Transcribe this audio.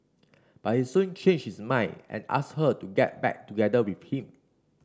but he soon changed his mind and asked her to get back together with him